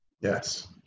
Yes